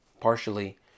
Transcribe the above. partially